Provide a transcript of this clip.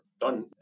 done